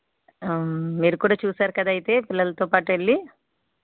మీరు కూడా చూసారు కదా అయితే పిల్లలతో పాటెళ్ళి